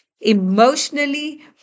emotionally